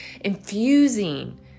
infusing